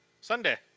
Sunday